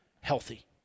healthy